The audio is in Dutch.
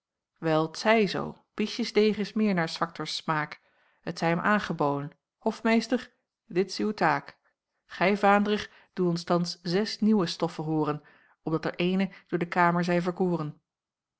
zij zoo biesjesdeeg is meer naar s factors smaak het zij hem aangeboôn hofmeester dit s uw taak gij vaandrig doe ons thans zes nieuwe stoffen hooren opdat er eene door de kamer zij